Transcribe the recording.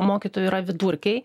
mokytojų yra vidurkiai